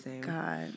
god